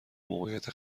موقعیت